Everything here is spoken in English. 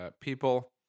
people